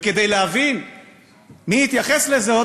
וכדי להבין מי התייחס לזה,